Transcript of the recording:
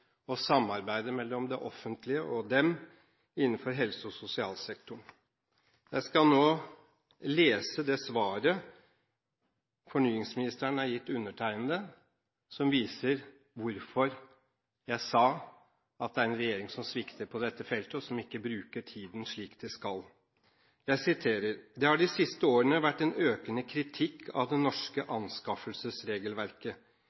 og samarbeidet mellom det offentlige og dem innenfor helse- og sosialsektoren. Jeg skal nå lese det svaret fornyingsministeren har gitt undertegnede, som viser hvorfor jeg sa at det er en regjering som svikter på dette feltet, og som ikke bruker tiden slik den skal. Jeg siterer: «Det har de siste årene vært en økende kritikk av det norske